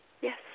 Yes